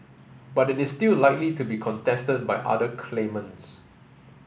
but it is still likely to be contested by other claimants